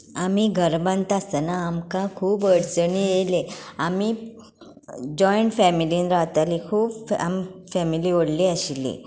आमी घर बांदता आसतना आमकां खूब अडचणी येले आमी जॉयंट फेमिलींत रावतालीं खूब फेमिली व्हडली आशिल्ली